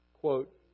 quote